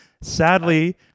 Sadly